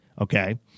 Okay